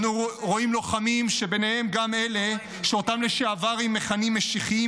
אנו רואים לוחמים שביניהם גם אלה שאותם לשעברים מכנים "משיחיים",